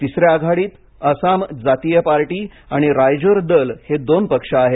तिसऱ्या आघाडीत आसम जातीय पार्टी आणि रायजोर दल हे दोन पक्ष आहेत